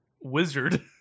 wizard